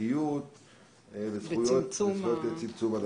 הפרטיות וצמצום.